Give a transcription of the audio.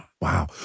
wow